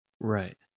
Right